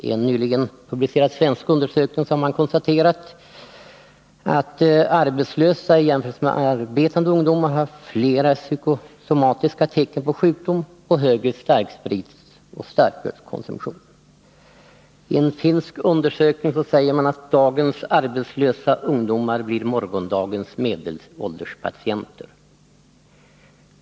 I en nyligen publicerad svensk undersökning har man konstaterat att arbetslösa jämfört med arbetande ungdomar haft flera psykosomatiska tecken på sjukdom och högre starkspritsoch starkölskonsumtion. I en finsk undersökning sägs att dagens arbetslösa ungdomar blir morgondagens medelålders patienter.